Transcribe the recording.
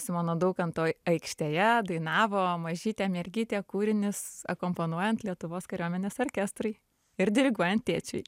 simono daukanto aikštėje dainavo mažytė mergytė kūrinius akompanuojant lietuvos kariuomenės orkestrui ir diriguojant tėčiui